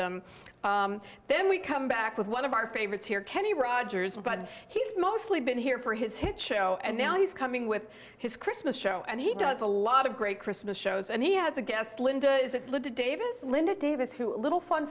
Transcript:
them then we come back with one of our favorites here kenny rogers by the he's mostly been here for his hit show and now he's coming with his christmas show and he does a lot of great christmas shows and he has a guest linda is davis is linda davis who a little fun